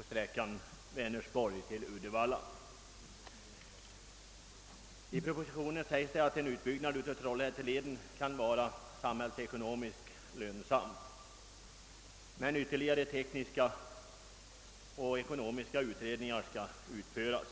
i sträckningen Vänersborg—Uddevalla. Där sägs också att en utbyggnad av Trollhätteleden kan vara samhällsekonomiskt lönsam men att ytterligare tekniska och ekonomiska utredningar skall utföras.